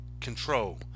control